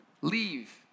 leave